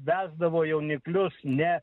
vesdavo jauniklius ne